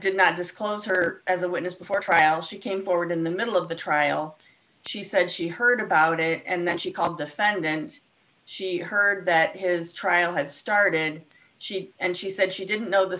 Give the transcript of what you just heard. did not disclose her as a witness before trial she came forward in the middle of the trial she said she heard about it and then she called defendant she heard that his trial had started and she and she said she didn't know the